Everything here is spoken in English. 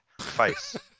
face